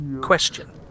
question